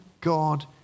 God